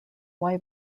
why